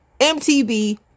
MTB